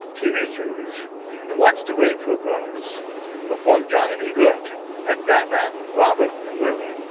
tv series and watched the rayford brothers perform johnny b. goode as batman, robin and riddler.